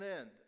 end